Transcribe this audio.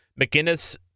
McGinnis